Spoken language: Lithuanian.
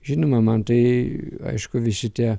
žinoma man tai aišku visi tie